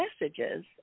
messages